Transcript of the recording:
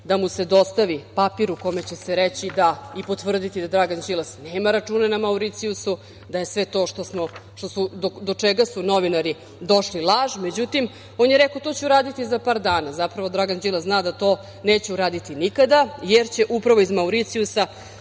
da mu se dostavi papir u kome će se reći i potvrditi da Dragan Đilas nema račune na Mauricijusu, da je sve to do čega su novinari došli laž. Međutim, on je rekao - to ću uraditi za par dana. Zapravo, Dragan Đilas zna da to neće uraditi nikada, jer će upravo iz Mauricijusa